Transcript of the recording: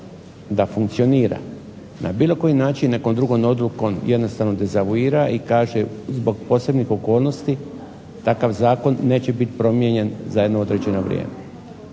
da funkcionira na bilo koji drugi način nekom drugom odlukom jednostavno dezavuira i kaže zbog posebnih okolnosti takav zakon neće biti promijenjen za jedno određeno vrijeme.